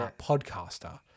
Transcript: podcaster